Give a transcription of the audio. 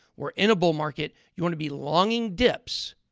we're in a bull market. you want to be longing dips,